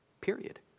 Period